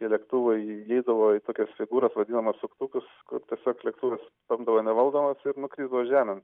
tie lėktuvai įgydavo tokias figūras vadinamas suktukus kur tiesiog lėktuvas tapdavo nevaldomas ir nukrisdavo žemėn